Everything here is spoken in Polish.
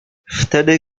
wtedy